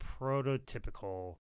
prototypical